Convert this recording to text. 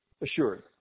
assured